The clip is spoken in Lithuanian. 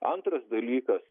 antras dalykas